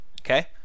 Okay